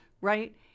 right